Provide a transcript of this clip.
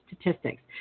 statistics